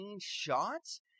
shots